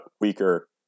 weaker